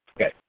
Okay